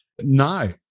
No